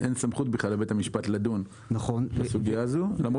אין סמכות בכלל לבית המשפט לדון בסוגיה הזאת למרות